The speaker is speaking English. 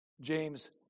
James